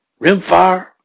Rimfire